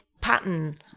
pattern